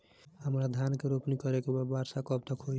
हमरा धान के रोपनी करे के बा वर्षा कब तक होई?